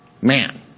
man